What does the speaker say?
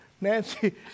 Nancy